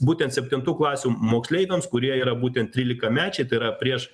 būtent septintų klasių moksleiviams kurie yra būtent trylikamečiai tai yra prieš